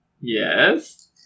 Yes